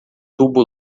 tubo